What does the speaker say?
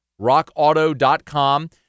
rockauto.com